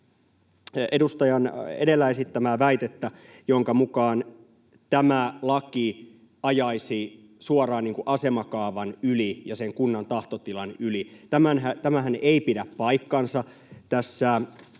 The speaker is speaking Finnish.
edustajan edellä esittämää väitettä, jonka mukaan tämä laki ajaisi suoraan asemakaavan yli ja sen kunnan tahtotilan yli. Tämähän ei pidä paikkaansa. Tässä